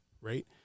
Right